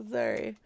sorry